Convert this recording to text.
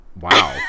Wow